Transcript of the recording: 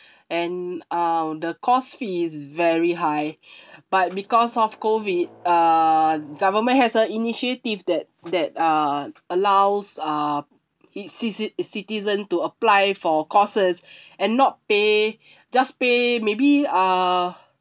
and uh the course fee is very high but because of COVID err government has a initiative that that uh allows uh it citi~ citizen to apply for courses and not pay just pay maybe uh